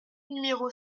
numéro